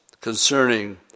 concerning